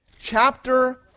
Chapter